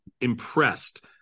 impressed